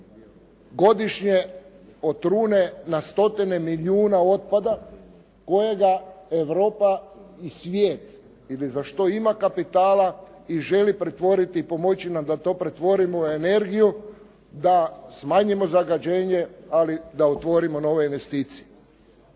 godišnje otrune na stotine milijuna otpada kojega Europa i svijet ili za što ima kapitala i želi pretvoriti i pomoći nam da to pretvorimo u energiju, da smanjimo zagađenje ali da otvorimo nove investicije.